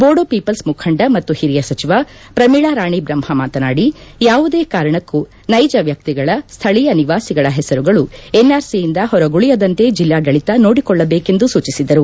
ಜೋಡೋ ಪೀಪಲ್ತ ಮುಖಂಡ ಮತ್ತು ಹಿರಿಯ ಸಚಿವ ಪ್ರಮೀಳಾ ರಾಣಿ ಬ್ರಹ್ಮ ಮಾತನಾಡಿ ಯಾವುದೇ ಕಾರಣಕ್ಕೂ ನೈಜ ವ್ಯಕ್ತಿಗಳ ಸ್ವಳೀಯ ನಿವಾಸಿಗಳ ಹೆಸರುಗಳು ಎನ್ಆರ್ಸಿಯಿಂದ ಹೊರಗುಳಿಯದಂತೆ ಜಿಲ್ಲಾಡಳಿತ ನೋಡಿಕೊಳ್ಲಬೇಕೆಂದು ಸೂಚಿಸಿದರು